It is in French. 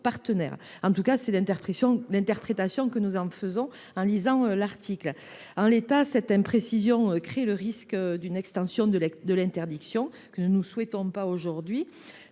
en tout cas l’interprétation que nous faisons de cet article. En l’état, cette imprécision crée le risque d’une extension de l’interdiction, que nous ne souhaitons pas aujourd’hui.